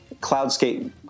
Cloudscape